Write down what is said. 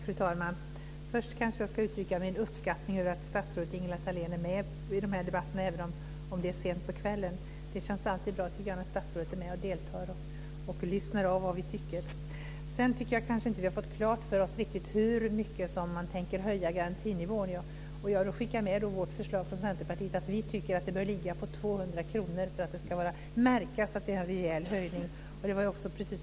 Fru talman! Först kanske jag ska uttrycka min uppskattning av att statsrådet Ingela Thalén är med i den här debatten, även om det är sent på kvällen. Det känns alltid bra, tycker jag, när statsrådet deltar och lyssnar av vad vi tycker. Sedan tycker jag kanske inte att vi har fått klart för oss riktigt hur mycket som man tänker höja garantinivån. Jag skickar med vårt förslag från Centerpartiet. Vi tycker att den bör ligga på 200 kr för att det ska märkas att det är en rejäl höjning.